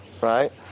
right